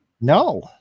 No